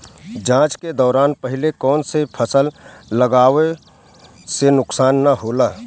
जाँच के दौरान पहिले कौन से फसल लगावे से नुकसान न होला?